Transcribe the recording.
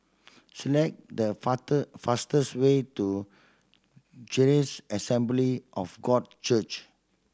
select the fastest way to Charis Assembly of God Church